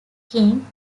king